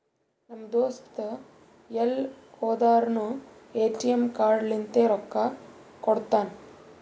ನಮ್ ದೋಸ್ತ ಎಲ್ ಹೋದುರ್ನು ಎ.ಟಿ.ಎಮ್ ಕಾರ್ಡ್ ಲಿಂತೆ ರೊಕ್ಕಾ ಕೊಡ್ತಾನ್